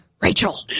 Rachel